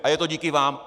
A je to díky vám.